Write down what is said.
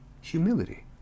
humility